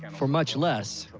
and for much less,